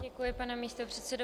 Děkuji, pane místopředsedo.